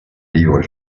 livre